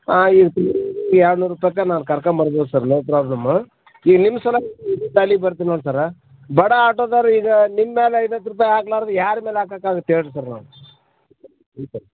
ಆಂ ಎರಡ್ನೂರು ರೂಪಾಯಿಕ್ಕ ನಾನು ಕರ್ಕಂಬರ್ಬೋದು ಸರ್ ನೋ ಪ್ರಾಬ್ಲಮು ಈ ನಿಮ್ಮ ಸಲುವಾಗಿ ಇಲ್ಲಿಂದ ಅಲ್ಲಿಗೆ ಬರ್ತಿನಿ ಸರ್ ಬಡ ಆಟೋದರು ಈಗ ನಿಮ್ಮ ಮೇಲೆ ಐವತ್ತು ರೂಪಾಯಿ ಹಾಕ್ಲಾರ್ದ್ ಯಾರ ಮೇಲೆ ಹಾಕಕ್ಕೆ ಆಗತ್ತೆ ಹೇಳ್ರಿ ಸರ್ ನಾವು ಹ್ಞೂ ಸರ್